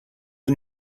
are